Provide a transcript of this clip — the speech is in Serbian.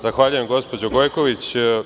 Zahvaljujem gospođo Gojković.